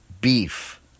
beef